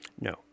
no